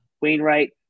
Wainwright